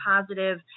positive